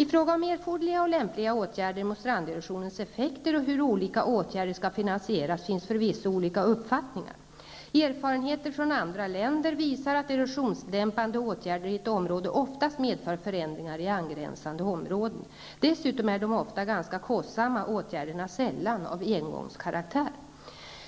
I fråga om erforderliga och lämpliga åtgärder mot stranderosionens effekter och hur olika åtgärder skall finansieras finns förvisso olika uppfattningar. Erfarenheter från andra länder visar att erosionsdämpande åtgärder i ett område oftast medför förändringar i angränsande områden. Dessutom är de ofta ganska kostsamma åtgärderna sällan av engångskaraktär.